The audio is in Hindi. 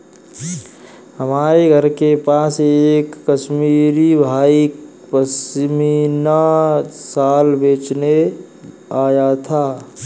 हमारे घर के पास एक कश्मीरी भाई पश्मीना शाल बेचने आया था